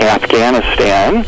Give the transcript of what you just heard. Afghanistan